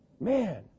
man